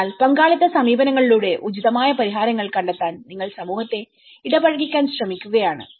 അതിനാൽ പങ്കാളിത്ത സമീപനങ്ങളിലൂടെ ഉചിതമായ പരിഹാരങ്ങൾ കണ്ടെത്താൻ നിങ്ങൾ സമൂഹത്തെ ഇടപഴകിക്കാൻ ശ്രമിക്കുകയാണ്